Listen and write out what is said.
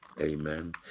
Amen